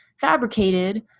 fabricated